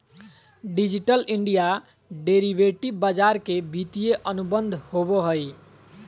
digital India derivative बाजार के वित्तीय अनुबंध होबो हइ